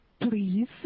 please